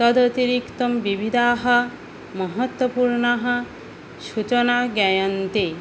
तद् अतिरिक्तं विविधाः महत्त्वपूर्णाः सूचनाः ज्ञायन्ते